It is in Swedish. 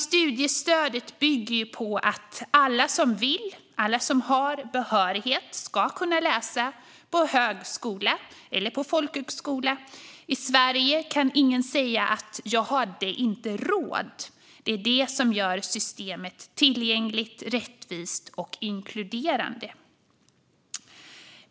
Studiestödet finns för att alla som vill och har behörighet ska kunna läsa på högskola eller folkhögskola. I Sverige kan ingen säga att man inte har råd eftersom systemet är tillgängligt, rättvist och inkluderande.